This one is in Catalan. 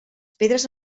pedres